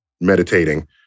meditating